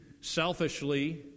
selfishly